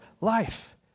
life